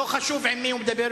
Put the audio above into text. לא חשוב עם מי הוא מדבר,